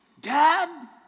Dad